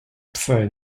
псе